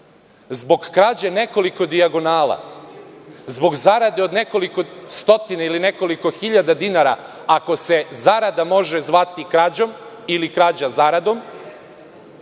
krađe nekoliko dijagonala, zbog zarade od nekoliko stotina ili nekoliko hiljada dinara, ako se zarada može zvati krađom ili krađa zaradom,